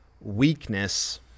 weakness